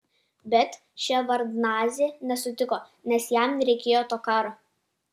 bet ševardnadzė nesutiko nes jam reikėjo to karo